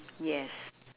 yes